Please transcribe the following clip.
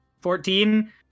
Fourteen